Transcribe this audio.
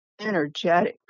energetic